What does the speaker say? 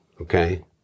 Okay